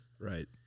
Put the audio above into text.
Right